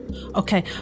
Okay